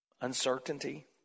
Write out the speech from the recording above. uncertainty